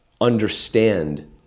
understand